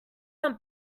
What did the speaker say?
some